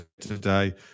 today